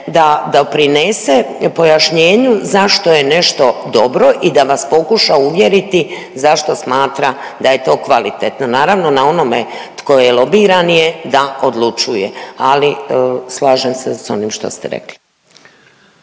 da doprinese pojašnjenju zašto je nešto dobro i da vas pokuša uvjeriti zašto smatra da je to kvalitetno. Naravno na onome tko je lobiran je da odlučuje ali slažem se s onim što ste rekli.